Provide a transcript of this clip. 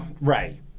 Ray